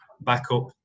backup